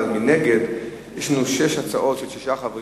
אבל מנגד יש לנו שש הצעות של שישה חברי